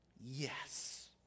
yes